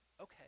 Okay